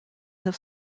have